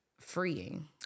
freeing